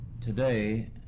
Today